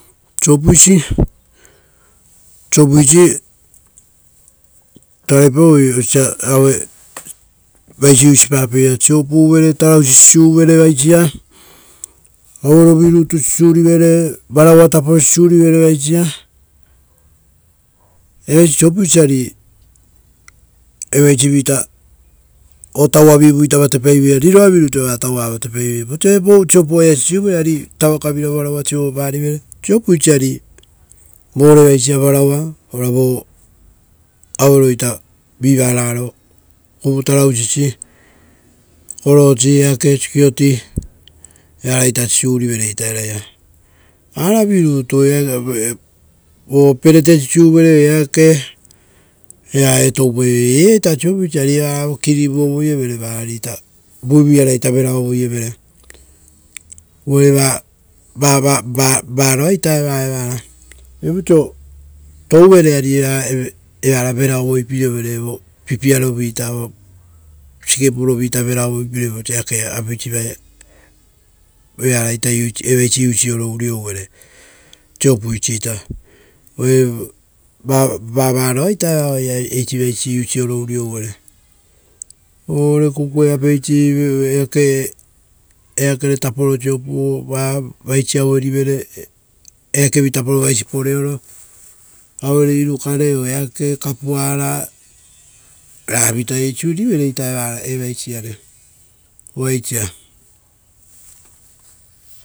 Sopuisi sopuisi taraipauei osa aue vaisi iusi papeira, sopuvere, tarausisi sisiurivere vaisia, aue rovirutu sisiurive, varaua tapo sisiurivere vaisi ia. Evaisinsopuisi ari evaisi vita otauva vivuita vatepaiveira, riroavi rutu eva tauva oa vatepaiveira. Vosa viapau sopua ia sisiuvere ari tavakavira varaua sovopari vere. Sopiusi ari vore vaisa varaua, ora vo aueroita vivararo kuvu, tarausisi, koiosi eake sikioti evara sisiurive ita eraia varavirutu, a perete sisiuvere o eake avaia toupaiveira, avaita sopuisi ari eva aue klin roroio ovoivere vararita vuivui araita veraovo vere. Uvare va varoa ita eva, viapau oiso touvere ari evara varaovoi pirovere, evo pipia vuivuiro ita sikepurovi ita veraovoipere vosa apeisi evaisi iusi oro uriou vere, sopuisi ita. Oire va varoita eva oaia eisi vaisi iusi oro uriou vere vore kukue apeisi, eake, eakere tapo sopuu, vaisi aue rivere eakevi tapo vaisi pureoro, auere irukare o eake, kapuara, ravita iusi rivere evara, evaisi iare. Uva eisa.